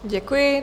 Děkuji.